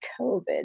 COVID